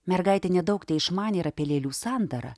mergaitė nedaug teišmanė ir apie lėlių sandarą